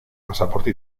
pasaporte